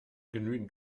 genügend